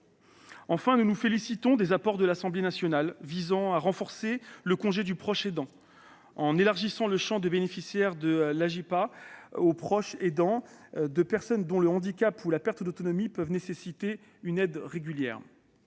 Enfin, nous nous félicitons des apports de l'Assemblée nationale visant à renforcer le congé du proche aidant, en élargissant le champ du bénéficiaire de l'allocation journalière du proche aidant (AJPA) aux proches aidants de personnes dont le handicap ou la perte d'autonomie peuvent nécessiter une aide régulière.